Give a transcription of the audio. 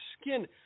skin